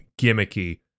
gimmicky